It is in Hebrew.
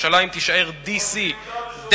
ירושלים תישאר DC,